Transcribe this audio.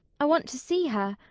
i want to see her.